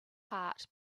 heart